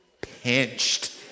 pinched